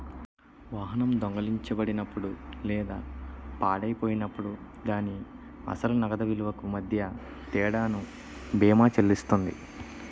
వాహనం దొంగిలించబడినప్పుడు లేదా పాడైపోయినప్పుడు దాని అసలు నగదు విలువకు మధ్య తేడాను బీమా చెల్లిస్తుంది